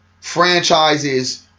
franchises